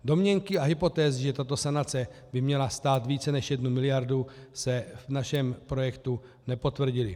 Domněnky a hypotézy, že tato sanace by měla stát více než jednu miliardu, se v našem projektu nepotvrdily.